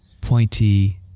pointy